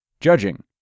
Judging